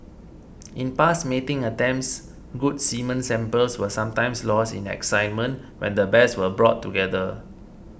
in past mating attempts good semen samples were sometimes lost in excitement when the bears were brought together